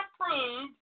approved